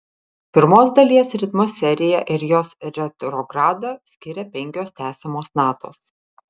pirmos dalies ritmo seriją ir jos retrogradą skiria penkios tęsiamos natos